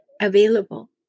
available